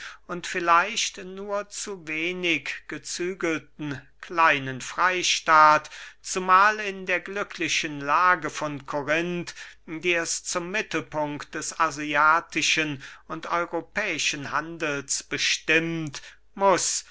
und vielleicht nur zu wenig gezügelten kleinen freystaat zumahl in der glücklichen lage von korinth die es zum mittelpunkt des asiatischen und europäischen handels bestimmt muß